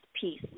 peace